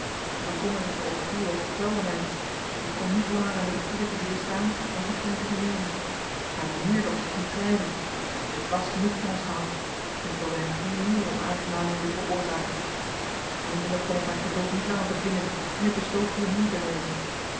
bekommering over uw lot kwelde mij ik kon niet langer aan de begeerte weerstaan om iets van u te vernemen aan mijnheer dorst ik niet schrijven hij had reeds last genoeg van ons gehad en ik wilde hem geen nieuwe onaangenaamheden veroorzaken eindelijk kon ik mijn geduld niet langer bedwingen en ik besloot hierheen te reizen